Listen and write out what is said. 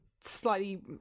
slightly